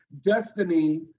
Destiny